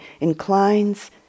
inclines